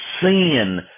sin